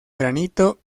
granito